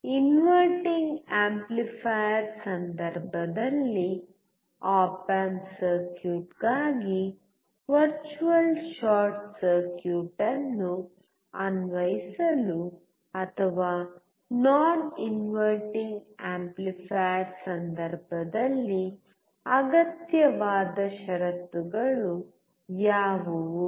inverting amplifier ಸಂದರ್ಭದಲ್ಲಿ op amp ಸರ್ಕ್ಯೂಟ್ಗಾಗಿ virtual short circuit ಅನ್ನು ಅನ್ವಯಿಸಲು ಅಥವಾ ನಾನ್ ಇನ್ವರ್ಟಿಂಗ್ ಆಂಪ್ಲಿಫೈಯರ್ ಸಂದರ್ಭದಲ್ಲಿಅಗತ್ಯವಾದ ಷರತ್ತುಗಳು ಯಾವುವು